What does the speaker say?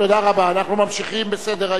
אני מקבל את הערתך, אתה רואה, לא מה שאתה אומר